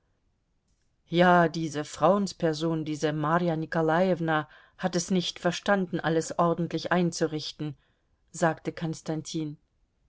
ja diese frauensperson diese marja nikolajewna hat es nicht verstanden alles ordentlich einzurichten sagte konstantin